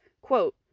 quote